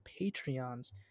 Patreons